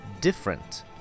different